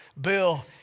bill